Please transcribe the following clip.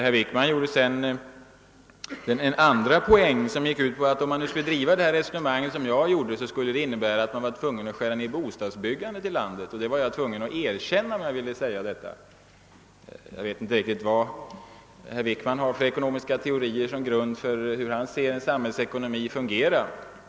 Herr Wickman försökte sedan ta en annan poäng. Det gick ut på att, om man skulle driva mitt resonemang, skulle detta innebära att man måste skära ned bostadsbyggandet i landet; han menade att jag skulle vara tvungen erkänna det med mitt resonemang. Jag vet inte riktigt vilka ekonomiska teorier herr Wickman har som grund för sin syn på samhällsekonomins funktion.